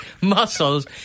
muscles